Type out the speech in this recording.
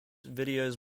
videos